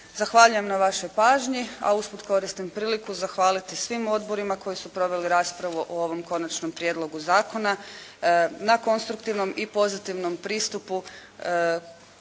Zahvaljujem na vašoj pažnji, a usput koristim priliku zahvaliti svim odborima koji su proveli raspravu o ovom konačnom prijedlogu zakona, na konstruktivnom i pozitivnom pristupu